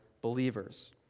believers